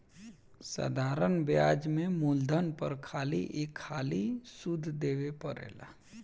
साधारण ब्याज में मूलधन पर खाली एक हाली सुध देवे परेला